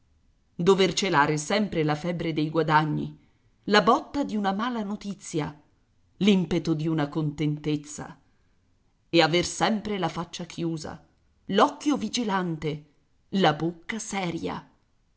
dover celare sempre la febbre dei guadagni la botta di una mala notizia l'impeto di una contentezza e aver sempre la faccia chiusa l'occhio vigilante la bocca seria